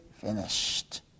finished